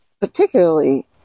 particularly